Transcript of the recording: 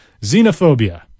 Xenophobia